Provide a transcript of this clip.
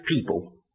people